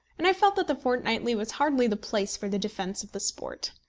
and i felt that the fortnightly was hardly the place for the defence of the sport.